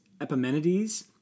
Epimenides